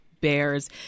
Bears